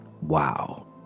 Wow